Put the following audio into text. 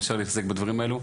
מאשר להתעסק בדברים האלו.